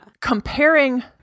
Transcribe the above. comparing